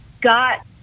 got